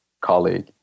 colleague